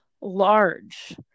large